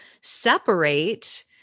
separate